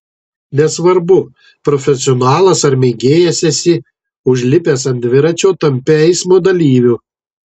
nesvarbu profesionalas ar mėgėjas esi užlipęs ant dviračio tampi eismo dalyviu